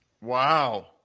Wow